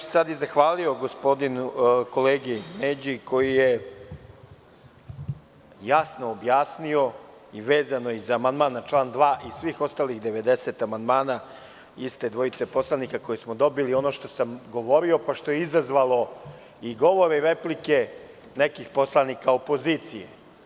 Ja bih sada i zahvalio kolegi Neđi koji je jasno objasnio i vezano za amandman na član 2. i svih ostalih 90 amandmana, dvojice poslanika, koje smo dobili, ono što sam govorio, pa što je izazvalo i govor i replike nekih poslanika opozicije.